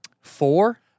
Four